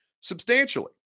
substantially